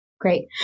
Great